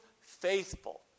faithful